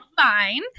fine